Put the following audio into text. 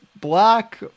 black